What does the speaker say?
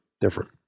Different